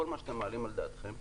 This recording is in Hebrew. כל מה שאתם מעלים על דעתכם.